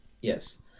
Yes